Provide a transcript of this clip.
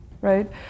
right